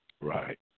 Right